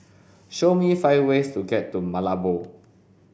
show me five ways to get to Malabo